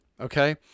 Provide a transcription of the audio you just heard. okay